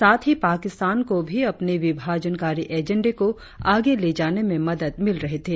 साथ ही पाकिस्तान को भी अपने विभाजनकारी एजेंडे को आगे ले जाने में मदद मिल रही थी